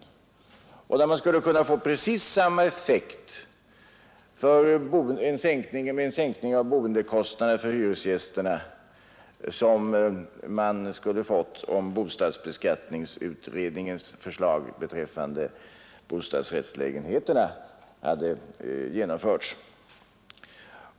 Man skulle också där kunna få en sänkning av boendekostnaderna för hyresgästerna på samma sätt som bostadsbeskattningsutredningen föreslagit beträffande bostadsrättslägenheterna.